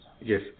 Yes